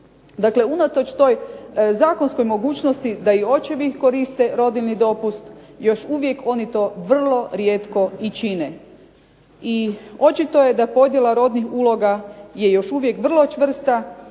Dakle unatoč toj zakonskoj mogućnosti da i očevi koriste rodiljni dopust, još uvijek oni to vrlo rijetko i čine. I očito je da podjela rodnih uloga je još uvijek vrlo čvrsta,